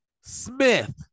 Smith